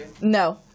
No